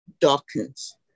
Dawkins